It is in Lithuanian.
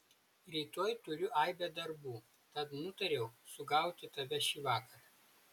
rytoj turiu aibę darbų tad nutariau sugauti tave šįvakar